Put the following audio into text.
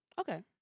Okay